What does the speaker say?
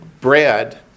bread